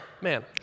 Man